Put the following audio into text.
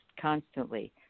constantly